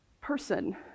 person